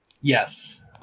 Yes